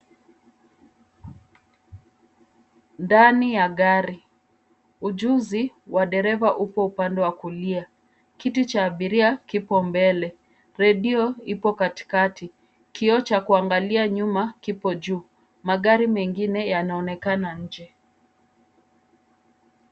Ndani ya gari. Ujuzi wa dereva upo upande wa kulia. Kiti cha abiria kipo mbele. Redio ipo katikati. Kioo cha kuangalia nyuma kipo juu. Magari mengine yanaonekana nje.